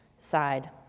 side